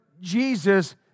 Jesus